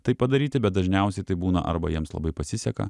tai padaryti bet dažniausiai tai būna arba jiems labai pasiseka